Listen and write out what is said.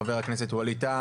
חבר הכנסת ווליד טאהא,